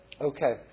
Okay